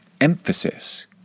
emphasis